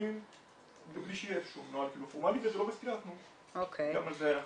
וקורים גם בלי שיהיה נוהל פורמלי וזה לא --- גם על זה אנחנו עובדים.